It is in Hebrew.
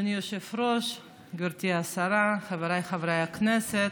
אדוני היושב-ראש, גברתי השרה, חבריי חברי הכנסת,